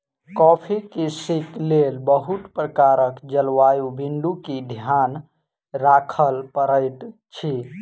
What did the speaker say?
coffee कृषिक लेल बहुत प्रकारक जलवायु बिंदु के ध्यान राखअ पड़ैत अछि